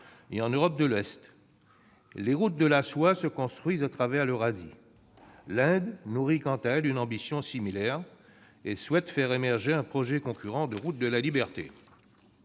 et en Europe de l'Est- les nouvelles routes de la soie se construisent à travers l'Eurasie. L'Inde nourrit une ambition similaire et souhaite faire émerger un projet, concurrent, de route de la liberté.